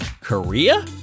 Korea